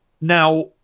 now